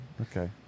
Okay